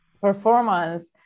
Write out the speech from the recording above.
performance